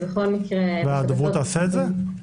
והדוברות תעשה את זה?